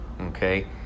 Okay